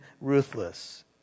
ruthless